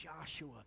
Joshua